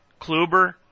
Kluber